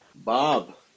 Bob